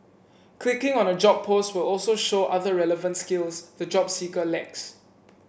clicking on a job post will also show other relevant skills the job seeker lacks